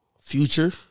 Future